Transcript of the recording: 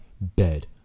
bed